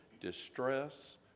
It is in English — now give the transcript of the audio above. distress